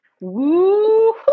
Woo